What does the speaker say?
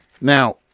Now